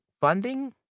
funding